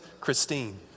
Christine